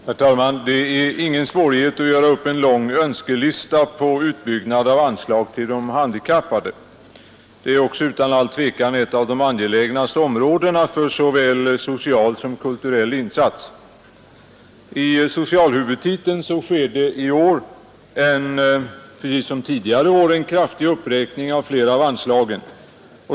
Herr talman! Det är ingen svårighet att göra upp en lång önskelista på utbyggnad av anslag till de handikappade. Det är också utan all tvekan ett av de angelägnaste områdena för såväl social som kulturell insats. I socialhuvudtiteln görs i år, precis som tidigare år, en kraftig uppräkning av flera av anslagen.